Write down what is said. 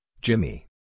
Jimmy